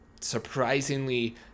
surprisingly